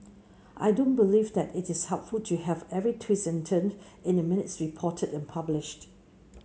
I don't believe that it is helpful to have every twist and turn in the minutes reported and published